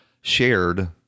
shared